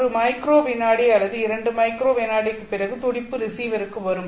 ஒரு மைக்ரோ விநாடி அல்லது இரண்டு மைக்ரோ விநாடிக்குப் பிறகு துடிப்பு ரிசீவருக்கு வரும்